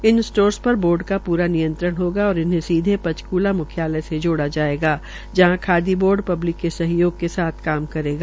इन stores पर board का पूरा नियंत्रण होगा और इन्हें सीधे पंचक्ला म्ख्यालय के साथ जोड़ा जाएगा जहां खादी बोर्ड पब्लिक के सहयोग के साथ काम करेगा